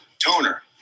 Toner